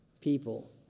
people